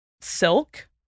silk